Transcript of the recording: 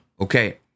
okay